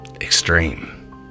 extreme